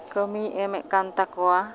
ᱠᱟᱹᱢᱤᱭ ᱮᱢᱮᱫ ᱠᱟᱱ ᱛᱟᱠᱚᱣᱟ